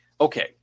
Okay